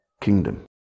kingdom